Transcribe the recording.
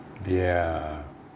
ya